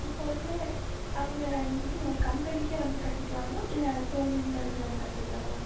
இப்போ வந்து அங்கே இது கம்பெனிக்கே வந்து கட்டிக்கலாமா இல்லை ஃபோனில் இருந்து நம்ம கட்டிக்கிற மாதிரி